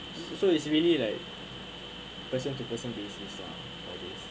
so it's really like person to person business lah all this